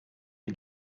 die